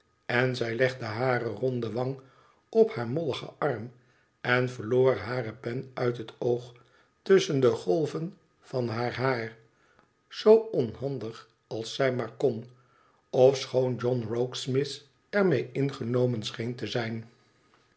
en zij legde hare ronde wang op haar molligen arm en verloor hare pen uit het oog tusschen de golven van haar haar zoo onhandig als zij maar kon ofschoon john rokesmith er mee ingenomen scheen te zijn